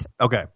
Okay